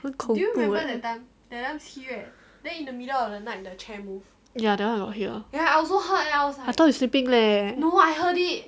很恐怖 leh ya that [one] I got hear I thought you sleeping leh